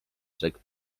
rzekł